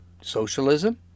Socialism